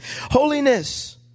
Holiness